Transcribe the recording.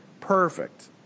perfect